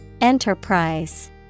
Enterprise